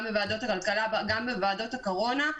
גם בוועדות הכלכלה וגם בוועדות הקורונה.